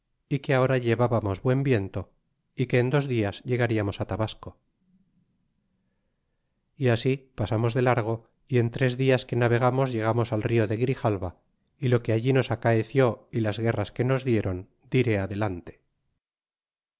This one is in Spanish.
y que ahora llevábamos buen viento é que en dos dias llegariamos tabasco y así pasamos de largo y en tres dias que navegamos llegamos al rio de grijalva y lo que allí nos acaeció é las guerras que nos dieron diré adelante